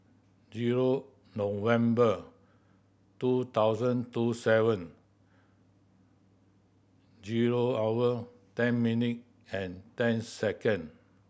zero November two thousand two seven zero hour ten minute and ten second